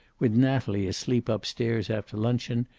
with natalie asleep up-stairs after luncheon,